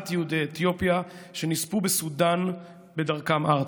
יהודי אתיופיה שנספו בסודאן בדרכם ארצה.